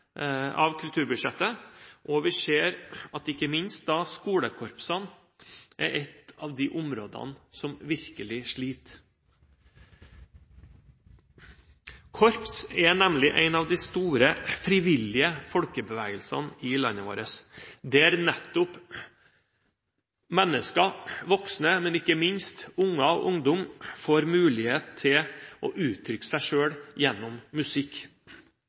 av kulturbudsjettet, og vi ser – ikke minst – at skolekorpsene er et av de områdene som virkelig sliter. Korps er nemlig en av de store, frivillige folkebevegelsene i landet vårt, der nettopp voksne mennesker, men ikke minst barn og ungdom får mulighet til å uttrykke seg selv gjennom musikk.